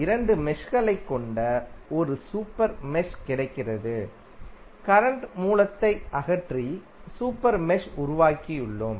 இரண்டு மெஷ்களைக் கொண்ட ஒரு சூப்பர் மெஷ் கிடைக்கிறது கரண்ட் மூலத்தை அகற்றி சூப்பர் மெஷ் உருவாக்கியுள்ளோம்